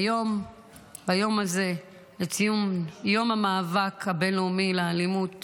ביום הזה, לציון יום המאבק הבין-לאומי לאלימות